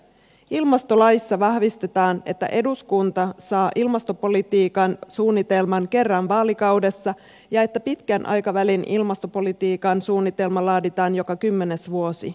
ilmastolaissa vahvistetaan että eduskunta saa ilmastopolitiikan suunnitelman kerran vaalikaudessa ja että pitkän aikavälin ilmastopolitiikan suunnitelma laaditaan joka kymmenes vuosi